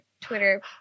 Twitter